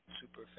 super